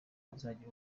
bazajya